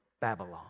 Babylon